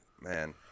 man